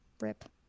Rip